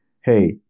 hey